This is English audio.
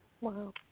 Wow